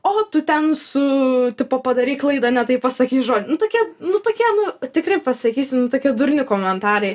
o tu ten su tipo padarei klaidą ne taip pasakei žodį nu tokie nu tokie nu tikrai pasakysiu nu tokie durni komentarai